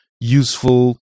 useful